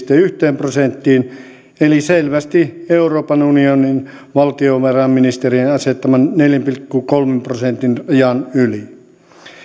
yhteen prosenttiin eli selvästi euroopan unionin valtiovarainministerien asettaman neljän pilkku kolmen prosentin rajan yli